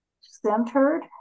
centered